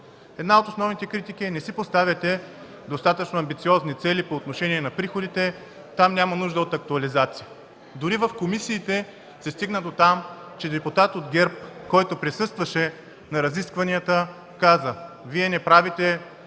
Една от основните критики –„Не си поставяте достатъчно амбициозни цели по отношение на приходите, там няма нужда от актуализация”. Дори в комисиите се стигна дотам, че депутат от ГЕРБ, който присъстваше на разискванията, каза: „Вие правите